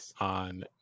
on